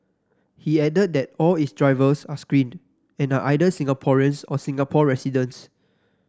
he added that all its drivers are screened and are either Singaporeans or Singapore residents